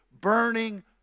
burning